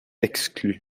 exclue